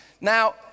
Now